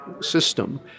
system